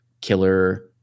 killer